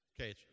Okay